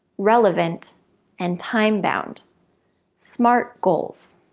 relevant and timebound smart goals.